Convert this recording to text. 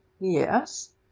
yes